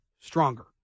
stronger